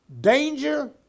danger